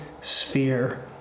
sphere